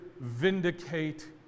vindicate